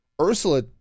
Ursula